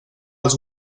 els